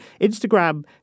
Instagram